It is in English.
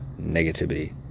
negativity